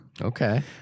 Okay